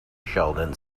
sheldon